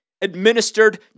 administered